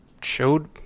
showed